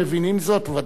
ודאי הנהלתם,